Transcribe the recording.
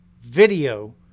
video